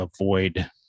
avoid